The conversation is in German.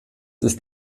ist